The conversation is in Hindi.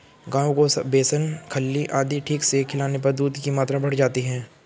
गायों को बेसन खल्ली आदि ठीक से खिलाने पर दूध की मात्रा बढ़ जाती है